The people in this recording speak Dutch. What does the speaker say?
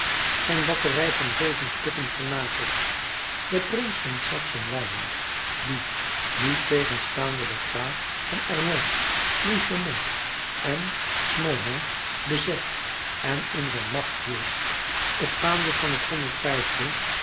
zijn batterij van zeven stukken vernageld de prins van saksen weimar die niettegenstaande den graaf van erlon frischemont en smohain bezet en in zijn macht hield het vaandel van het